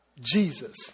Jesus